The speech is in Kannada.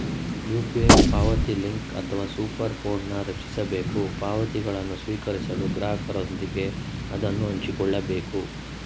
ಯು.ಪಿ.ಐ ಪಾವತಿಲಿಂಕ್ ಅಥವಾ ಸೂಪರ್ ಕೋಡ್ನ್ ರಚಿಸಬೇಕು ಪಾವತಿಗಳನ್ನು ಸ್ವೀಕರಿಸಲು ಗ್ರಾಹಕರೊಂದಿಗೆ ಅದನ್ನ ಹಂಚಿಕೊಳ್ಳಬೇಕು